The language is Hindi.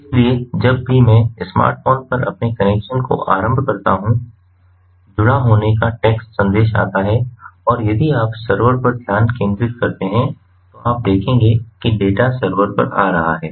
इसलिए जब भी मैं स्मार्टफ़ोन पर अपने कनेक्शन को आरंभ करता हूं जुड़ा होने का टेक्स्ट संदेश आता है और यदि आप सर्वर पर ध्यान केंद्रित करते हैं तो आप देखेंगे कि डेटा सर्वर पर आ रहा है